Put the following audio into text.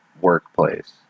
workplace